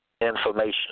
information